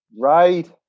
Right